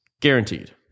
Guaranteed